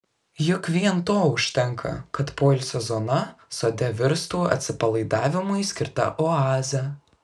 juk vien to užtenka kad poilsio zona sode virstų atsipalaidavimui skirta oaze